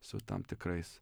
su tam tikrais